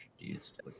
introduced